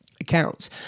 accounts